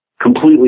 completely